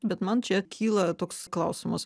bet man čia kyla toks klausimas